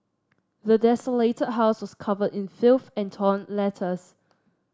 the desolated house was covered in filth and torn letters